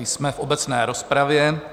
Jsme v obecné rozpravě.